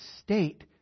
state